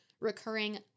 recurring